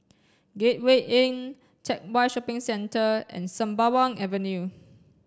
Gateway Inn Teck Whye Shopping Centre and Sembawang Avenue